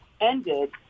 ended